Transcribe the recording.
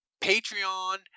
Patreon